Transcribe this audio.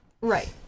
Right